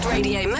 Radio